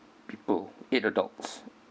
people eight adults